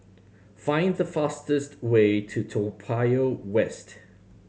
find the fastest way to Toa Payoh West